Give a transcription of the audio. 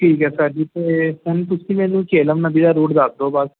ਠੀਕ ਹੈ ਸਰ ਜੀ ਅਤੇ ਹੁਣ ਤੁਸੀਂ ਮੈਨੂੰ ਜੇਹਲਮ ਨਦੀ ਦਾ ਰੂਟ ਦੱਸ ਦਿਓ ਬਸ